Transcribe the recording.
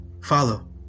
follow